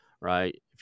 right